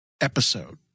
episode